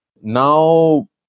now